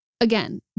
again